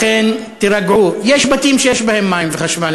לכן, תירגעו, יש בתים שיש בהם מים וחשמל.